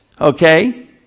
Okay